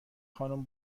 خانم